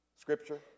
Scripture